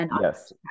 Yes